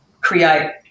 create